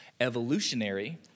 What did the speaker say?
evolutionary